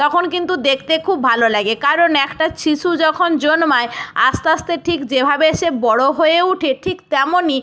তখন কিন্তু দেখতে খুব ভালো লাগে কারণ একটা শিশু যখন জন্মায় আস্তে আস্তে ঠিক যেভাবে সে বড় হয়ে ওঠে ঠিক তেমনই